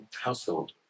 household